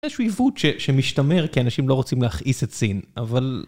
איזשהו עיוות שמשתמר כי האנשים לא רוצים להכעיס את סין, אבל...